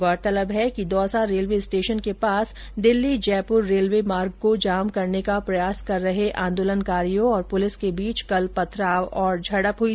गौरतलब है कि दौसा रेलवे स्टेशन के पास दिल्ली जयपुर रेलवे मार्ग को जाम करने का प्रयास कर रहे आंदोलनकारियों और पुलिस के बीच कल पथराव और झड़प हुई